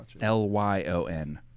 L-Y-O-N